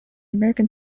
american